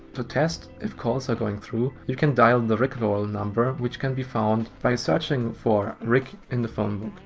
to test if calls are going through you can dial the rickroll number which can be found by searching for rick in the phonebook.